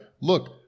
look